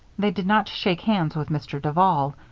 they did not shake hands with mr. duval.